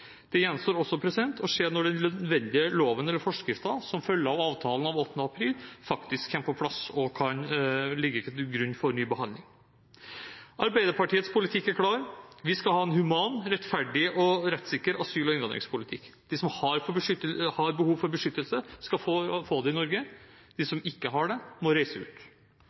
Det gjenstår også å se når den nødvendige loven eller forskriften som følger av avtalen av 8. april, faktisk kommer på plass og kan ligge til grunn for ny behandling. Arbeiderpartiets politikk er klar: Vi skal ha en human, rettferdig og rettssikker asyl- og innvandringspolitikk. De som har behov for beskyttelse, skal få det i Norge. De som ikke har det, må reise ut.